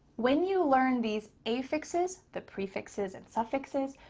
when you learn these affixes, the prefixes and suffixes,